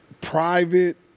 private